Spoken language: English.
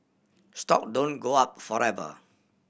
stock don't go up forever